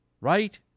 Right